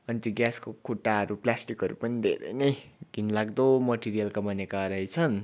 अनि त्यो ग्यासको खुट्टाहरू प्लास्टिकहरू पनि धेरै नै घिनलाग्दो मेटेरियलको बनेका रहेछन्